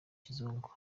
kizungu